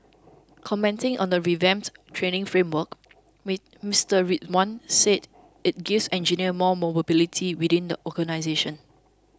commenting on the revamped training framework Mister Rizwan said it gives engineers more mobility within the organisation